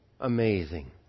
amazing